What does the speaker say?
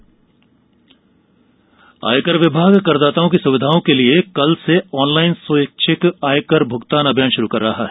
CBDT आयकर आयकर विभाग करदाताओं की सुविधा के लिए कल से ऑनलाइन स्वैच्छिक आयकर भुगतान अभियान शुरू कर रहा है